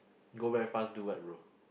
go back fast do what bro